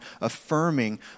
affirming